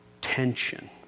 tension